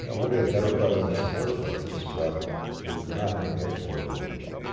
you know we'll get better presidents and worse presidents, but we're not going to get to where we need to go.